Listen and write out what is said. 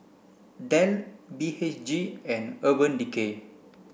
Dell B H G and Urban Decay